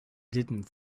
didn’t